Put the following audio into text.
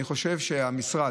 אני חושב שהמשרד,